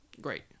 great